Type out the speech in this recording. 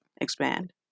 expand